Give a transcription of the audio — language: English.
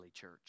church